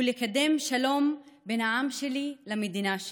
לקדם שלום בין העם שלי למדינה שלי,